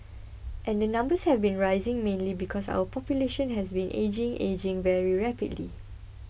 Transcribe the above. and the numbers have been rising mainly because our population has been ageing ageing very rapidly